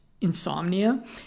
insomnia